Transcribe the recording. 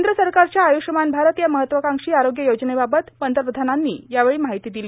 केंद्र सरकारच्या आयुषमान भारत या महत्त्वाक्रांक्षी आरोग्य योजनेबाबतही पंतप्रधानांनी यावेळी माहिती दिली